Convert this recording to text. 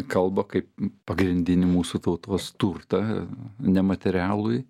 kalbą kaip pagrindinį mūsų tautos turtą nematerialųjį